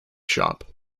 shop